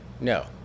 No